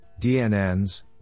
DNNs